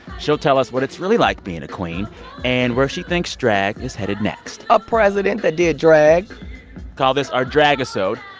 she'll tell us what it's really like being a queen and where she thinks drag is headed next a president that did drag call this our drag-isode.